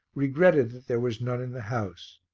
regretted that there was none in the house.